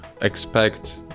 expect